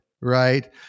Right